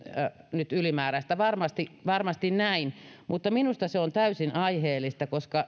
nyt ylimääräistä rahaa varmasti näin mutta minusta se on täysin aiheellista koska